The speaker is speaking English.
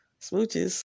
Smooches